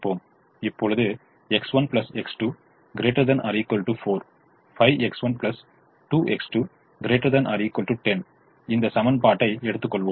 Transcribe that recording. இப்பொழுது X1 X2 ≥ 4 5X1 2X2 ≥10 இந்த சமன்பாடை எடுத்துக்கொள்வோம்